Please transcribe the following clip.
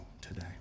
today